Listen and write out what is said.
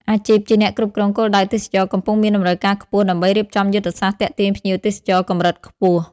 អាជីពជាអ្នកគ្រប់គ្រងគោលដៅទេសចរណ៍ កំពុងមានតម្រូវការខ្ពស់ដើម្បីរៀបចំយុទ្ធសាស្ត្រទាក់ទាញភ្ញៀវទេសចរកម្រិតខ្ពស់។